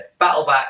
Battleback